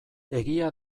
egia